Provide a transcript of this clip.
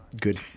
good